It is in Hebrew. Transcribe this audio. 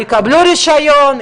יקבלו רישיון,